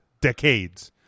decades